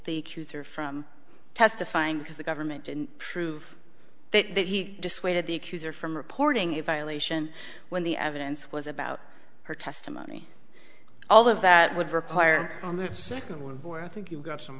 or from testifying because the government didn't prove that he dissuaded the accuser from reporting a violation when the evidence was about her testimony all of that would require on the second world war i think you've got some